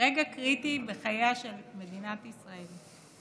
רגע קריטי בחייה של מדינת ישראל.